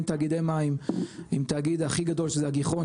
תאגידי מים עם תאגיד הכי גדול שזה הגיחון,